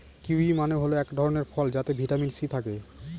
kiwi মানে হল এক ধরনের ফল যাতে ভিটামিন সি থাকে